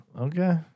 Okay